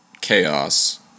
chaos